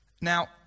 Now